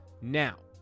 now